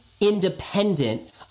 independent